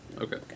Okay